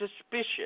suspicious